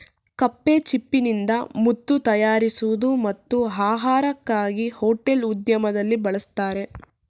ಕಪ್ಪೆಚಿಪ್ಪಿನಿಂದ ಮುತ್ತು ತಯಾರಿಸುವುದು ಮತ್ತು ಆಹಾರಕ್ಕಾಗಿ ಹೋಟೆಲ್ ಉದ್ಯಮದಲ್ಲಿ ಬಳಸ್ತರೆ